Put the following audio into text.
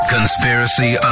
Conspiracy